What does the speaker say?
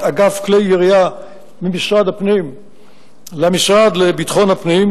אגף כלי ירייה במשרד הפנים למשרד לביטחון הפנים,